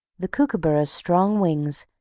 the kookooburra's strong wings,